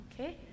Okay